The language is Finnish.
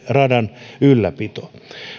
radan ylläpito